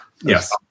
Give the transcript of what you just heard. Yes